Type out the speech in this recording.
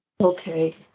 Okay